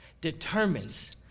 determines